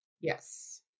Yes